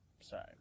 Sorry